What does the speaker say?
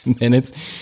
minutes